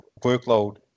workload